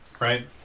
Right